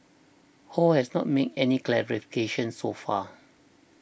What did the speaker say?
ho has not made any clarifications so far